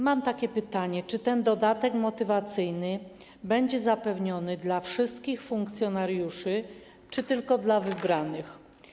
Mam takie pytanie: Czy ten dodatek motywacyjny będzie zapewniony wszystkim funkcjonariuszom czy tylko wybranym?